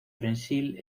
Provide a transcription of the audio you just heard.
prensil